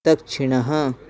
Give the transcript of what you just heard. दक्षिणः